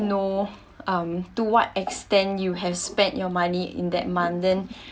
know um to what extent you have spent your money in that month then